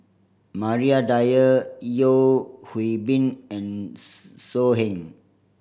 Maria Dyer Yeo Hwee Bin and So Heng